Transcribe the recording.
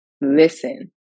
listen